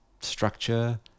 structure